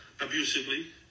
abusively